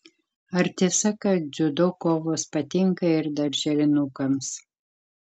ar tiesa kad dziudo kovos patinka ir darželinukams